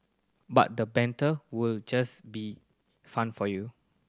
but the banter will just be fun for you